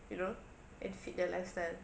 you know and to fit the lifestyle